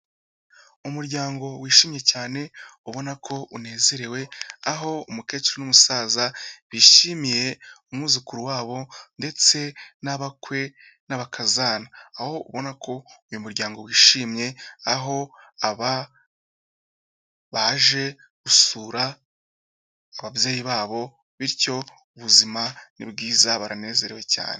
Umuryango wishimye cyane ubona ko unezerewe, aho umukecuru n'umusaza bishimiye umwuzukuru wabo ndetse n'abakwe n'abakazana, aho ubona ko uyu muryango wishimye, aho aba baje gusura ababyeyi babo bityo ubuzima ni bwiza baranezerewe cyane.